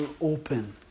open